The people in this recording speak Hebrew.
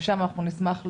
ושם נשמח לשמוע,